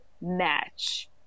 match